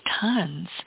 tons